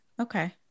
Okay